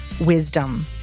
wisdom